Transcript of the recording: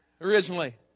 Originally